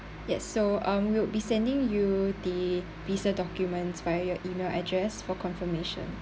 yes so um we'll be sending you the visa documents via your email address for confirmation